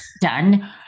done